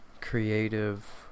creative